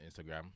Instagram